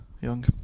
young